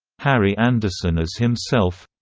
harry anderson as himself